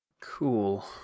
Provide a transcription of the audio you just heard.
Cool